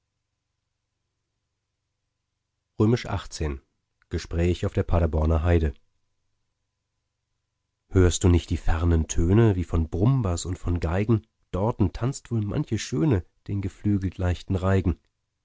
gespräch auf der paderborner heide hörst du nicht die fernen töne wie von brummbaß und von geigen dorten tanzt wohl manche schöne den geflügelt leichten reigen